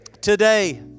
Today